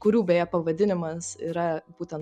kurių beje pavadinimas yra būtent